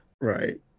Right